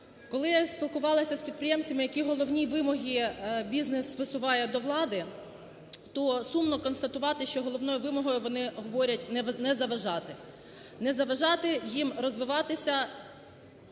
Коли я спілкувалася з підприємцями, які головні вимоги бізнес висуває до влади, то сумно констатувати, що головною, вони говорять, не заважати. Не заважати їм розвиватися